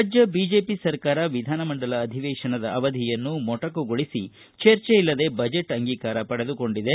ರಾಜ್ಯ ಬಿಜೆಪಿ ಸರ್ಕಾರ ವಿಧಾನಮಂಡಲ ಅಧಿವೇಶನದ ಅವಧಿಯನ್ನು ಮೊಟಕಗೊಳಿಸಿ ಚರ್ಚೆ ಇಲ್ಲದೆ ಬಜೆಟ್ ಅಂಗೀಕಾರ ಪಡೆದುಕೊಂಡಿದೆ